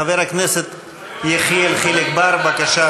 חבר הכנסת יחיאל חיליק בר, בבקשה,